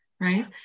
right